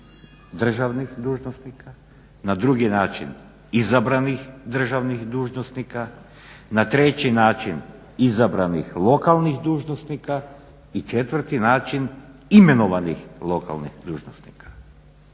na drugi način izabranih državnih dužnosnika, na treći način izabranih lokalnih dužnosnika i četvrti način imenovanih lokalnih dužnosnika.